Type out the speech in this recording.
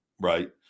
right